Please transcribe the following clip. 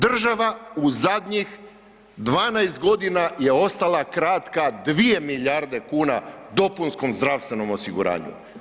Država u zadnjih 12 godina je ostala kratka 2 milijarde kuna dopunskom zdravstvenom osiguranju.